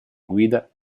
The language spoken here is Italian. guida